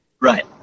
Right